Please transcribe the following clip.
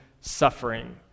suffering